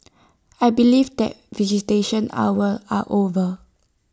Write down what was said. I believe that visitation hours are over